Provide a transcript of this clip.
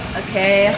okay